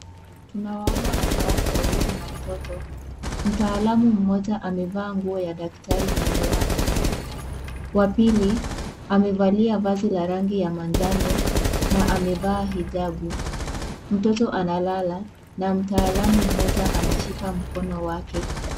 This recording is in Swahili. Tunawaona wanawake wawili na mtoto. Mtaalamu mmoja amevaa nguo ya daktari na miwani. Wa pili amevalia vazi la rangi ya manjano na amevaa hijabu. Mtoto amelala na mtaalamu mmoja anashika mkono wake.